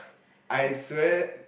I swear